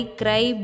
cry